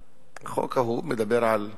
החוק ההוא מדבר על הכשרת,